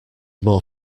more